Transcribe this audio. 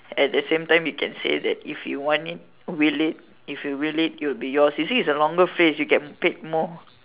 at the same time you can say that if you want it will it if you will it it will be yours you see it's a longer phrase you get paid more